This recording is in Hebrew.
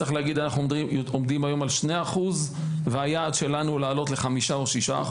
צריך להגיד שאנחנו עומדים על 2% והיעד שלנו הוא לעלות ל-5% או 6%,